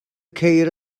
ceir